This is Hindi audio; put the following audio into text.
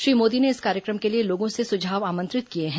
श्री मोदी ने इस कार्यक्रम के लिए लोगों से सुझाव आमंत्रित किये हैं